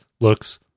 looks